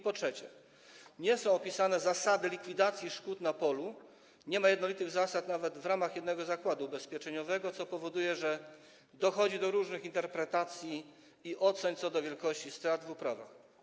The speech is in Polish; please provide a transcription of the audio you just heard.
Po trzecie, nie zostały opisane zasady likwidacji szkód na polu, nie ma jednolitych zasad nawet w ramach jednego zakładu ubezpieczeniowego, co powoduje, że dochodzi do różnych interpretacji i ocen dotyczących wielkości strat w uprawach.